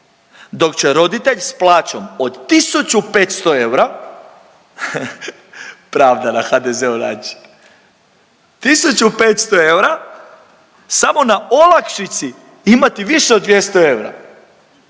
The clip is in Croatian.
dok će roditelj s plaćom od 1.500 eura, pravda na HDZ-ov način, 1.500 eura samo na olakšici imati više od 200 eura,